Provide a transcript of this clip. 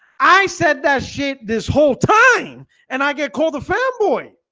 i said that shit this whole time and i get called the fanboy.